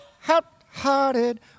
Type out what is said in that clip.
hot-hearted